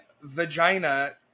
vagina